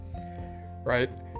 right